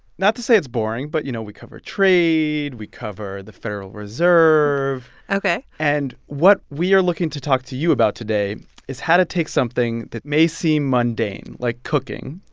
not to say it's boring, but, you know, we cover trade. we cover the federal reserve ok and what we are looking to talk to you about today is how to take something that may seem mundane, like cooking,